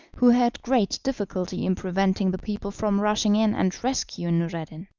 who had great difficulty in preventing the people from rushing in and rescuing noureddin.